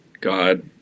God